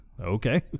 Okay